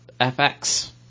FX